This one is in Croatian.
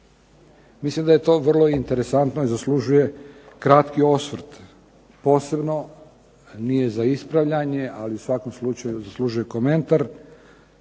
Mislim da je to vrlo interesantno i zaslužuje kratki osvrt posebno za nije za ispravljanje, ali u svakom slučaju zaslužuje komentar